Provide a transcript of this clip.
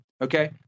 Okay